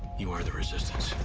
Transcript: you are the resistance.